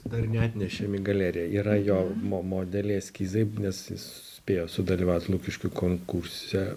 dar neatnešė galerija yra jo mo modeliai eskizai nes jis spėjo sudalyvaut lukiškių konkurse